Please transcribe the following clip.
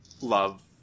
love